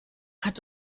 hat